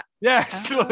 Yes